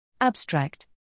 Abstract